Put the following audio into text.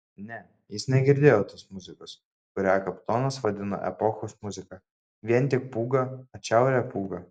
ne jis negirdėjo tos muzikos kurią kapitonas vadino epochos muzika vien tik pūgą atšiaurią pūgą